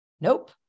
Nope